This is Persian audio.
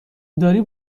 داری